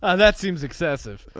ah that seems excessive.